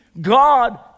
God